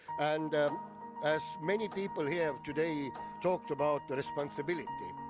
and as many people here today talked about the responsibility.